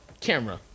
camera